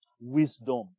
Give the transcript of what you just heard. Wisdom